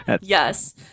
Yes